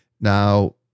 Now